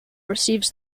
receives